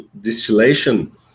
distillation